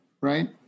right